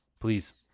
please